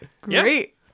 great